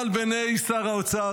אבל בעיני שר האוצר,